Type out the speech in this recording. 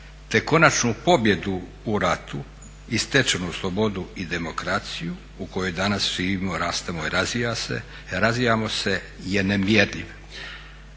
te konačnu pobjedu u ratu i stečenu slobodu i demokraciju u kojoj danas živimo, rastemo i razvijamo se je nemjerljiv.